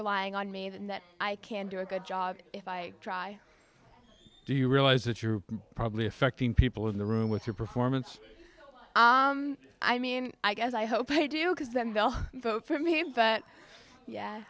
relying on me than that i can do a good job if i try do you realize that you're probably affecting people in the room with your performance i mean i guess i hope i do because then they'll vote for me but yeah